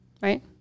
right